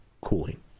cooling